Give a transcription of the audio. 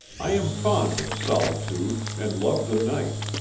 i am fond of solitude and love the night,